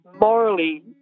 morally